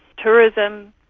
tourism,